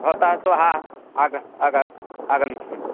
भवतः श्वः आगच्छ आगच्छ आगमिष्यामि